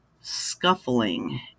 scuffling